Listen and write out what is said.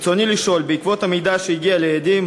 ברצוני לשאול: בעקבות המידע שהגיע לידי,